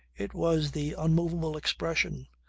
it was the unmovable expression,